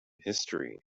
history